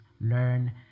learn